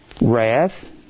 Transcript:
wrath